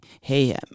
Hey